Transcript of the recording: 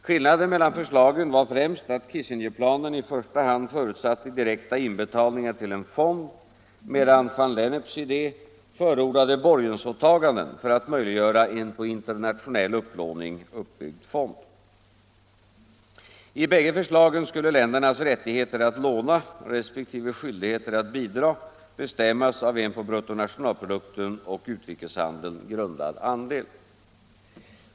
Skillnaden mellan förslagen var främst att Kissingerplanen i första hand förutsatte direkta inbetalningar till en fond, medan van Lenneps idé förordade borgensåtaganden för att möjliggöra en på internationell upplåning uppbyggd fond. I bägge förslagen skulle ländernas rättigheter att låna resp. skyldigheter att bidra bestämmas av en på bruttonationalprodukten och utrikeshandeln grundad andel.